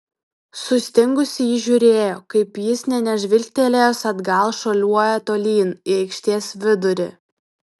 sustingusi ji žiūrėjo kaip jis nė nežvilgtelėjęs atgal šuoliuoja tolyn į aikštės vidurį